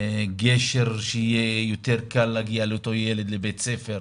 גשר שיהיה יותר קל לאותו ילד להגיע לבית הספר.